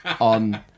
on